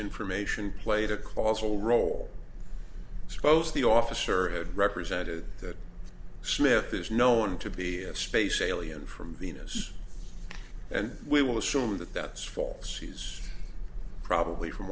information played a causal role suppose the officer had represented that smith is known to be a space alien from venus and we will assume that that's false he's probably from